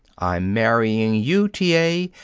i'm marrying you, t. a,